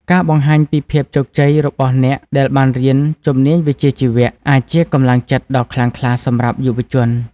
ការបង្ហាញពីភាពជោគជ័យរបស់អ្នកដែលបានរៀនជំនាញវិជ្ជាជីវៈ អាចជាកម្លាំងចិត្តដ៏ខ្លាំងក្លាសម្រាប់យុវជន។